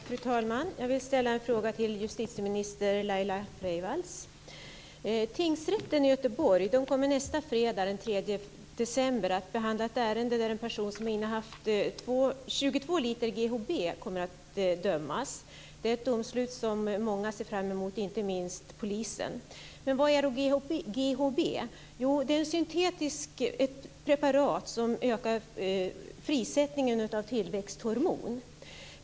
Fru talman! Jag vill ställa en fråga till justitieminister Laila Freivalds. Tingsrätten i Göteborg kommer nästa fredag, den 3 december, att behandla ett ärende där en person som innehaft 22 liter GHB kommer att dömas. Det är ett domslut som många ser fram emot, inte minst polisen. Men vad är då GHB? Jo, det är ett syntetiskt preparat som ökar frigörandet av tillväxthormoner.